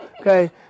Okay